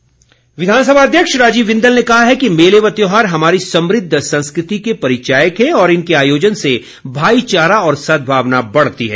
बिंदल विधानसभा अध्यक्ष राजीव बिंदल ने कहा है कि मेले व त्योहार हमारी समृद्ध संस्कृति के परिचायक हैं और इनके आयोजन से भाईचारा और सदभावना बढ़ती है